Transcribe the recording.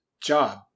Job